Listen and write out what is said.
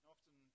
Often